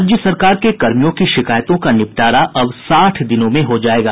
राज्य सरकार के कर्मियों की शिकायतों का निपटारा अब साठ दिनों में हो जायेगा